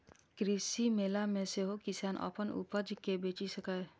कृषि मेला मे सेहो किसान अपन उपज कें बेचि सकैए